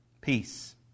peace